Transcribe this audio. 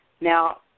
Now